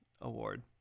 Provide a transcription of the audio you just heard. award